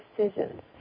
decisions